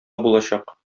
булачак